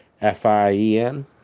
F-I-E-N